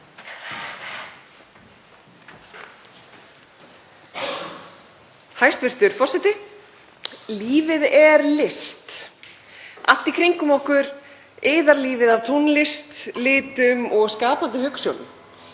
Hæstv. forseti. Lífið er list. Allt í kringum okkur iðar lífið af tónlist, litum og skapandi hugsjónum.